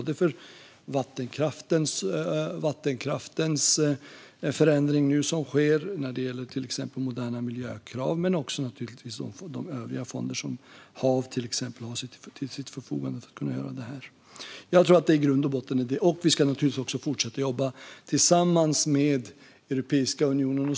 Det handlar om de förändringar som nu sker inom vattenkraften, till exempel när det gäller moderna miljökrav, men också naturligtvis de övriga fonder som exempelvis HaV har till sitt förfogande för att kunna göra det här. Vi ska naturligtvis också fortsätta jobba tillsammans med Europeiska unionen.